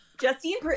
Justine-